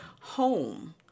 home